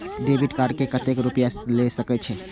Debit card से कतेक रूपया ले सके छै?